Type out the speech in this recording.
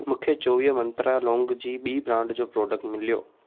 मूंखे चोवीह मंत्रा लौंग जी ॿी ब्रांड जो प्रोडक्ट मिलियो